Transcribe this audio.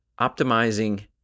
optimizing